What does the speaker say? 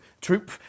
Troop